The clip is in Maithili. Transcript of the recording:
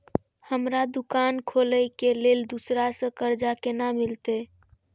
हमरा दुकान खोले के लेल दूसरा से कर्जा केना मिलते?